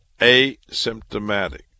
asymptomatic